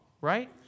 right